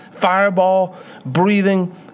fireball-breathing